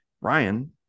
Ryan